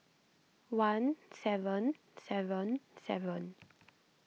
one seven seven seven